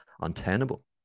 untenable